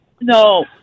No